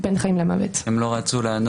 נתתי לו מוצץ והוא לא נרגע.